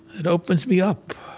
it opens me up